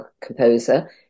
composer